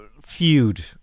feud